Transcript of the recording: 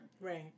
Right